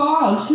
God